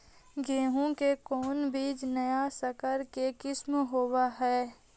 गेहू की कोन बीज नया सकर के किस्म होब हय?